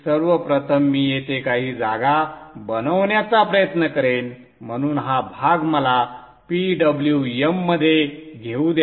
सर्व प्रथम मी येथे काही जागा बनवण्याचा प्रयत्न करेन म्हणून हा भाग मला PWM मध्ये घेऊ द्या